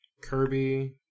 Kirby